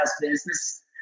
business